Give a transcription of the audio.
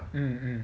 mm mm